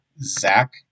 Zach